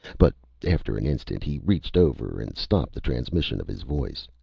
but after an instant he reached over and stopped the transmission of his voice.